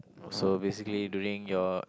so basically during your